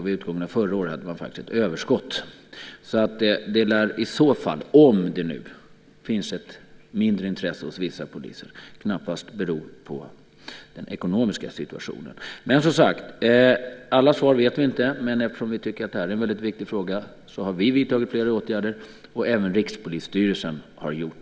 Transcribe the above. Vid utgången av förra året hade man faktiskt ett överskott. Om det nu finns ett mindre intresse hos vissa poliser lär det knappast bero på den ekonomiska situationen. Vi vet inte alla svar ännu, men eftersom vi tycker att det här är en väldigt viktig fråga har vi vidtagit flera åtgärder, och det har även Rikspolisstyrelsen gjort.